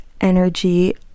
energy